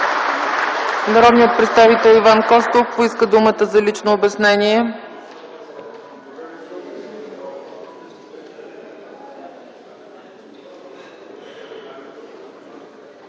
Народният представител Иван Костов поиска думата за лично обяснение.